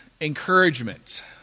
encouragement